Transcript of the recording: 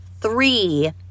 three